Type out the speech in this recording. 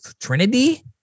Trinity